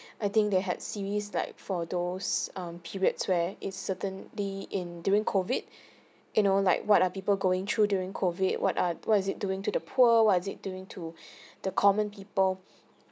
I think they had series like for those um periods where it certainly in during COVID you know like what are people going through during COVID what are what is it doing to the poor what is it during to the common people